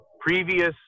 previous